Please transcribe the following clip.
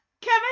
Kevin